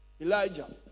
Elijah